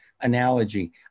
analogy